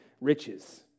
riches